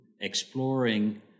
exploring